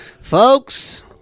Folks